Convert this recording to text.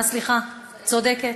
אה, סליחה, צודקת.